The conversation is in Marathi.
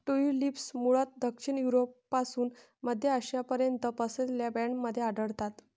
ट्यूलिप्स मूळतः दक्षिण युरोपपासून मध्य आशियापर्यंत पसरलेल्या बँडमध्ये आढळतात